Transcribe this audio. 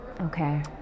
Okay